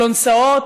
כלונסאות,